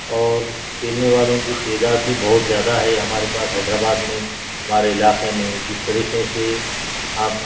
اور کھیلنے والوں کی تعداد بھی بہت زیادہ ہے ہمارے پاس حیدرآباد میں ہمارے علاقے میں جس طریقے سے آپ